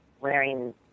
wearing